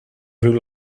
rule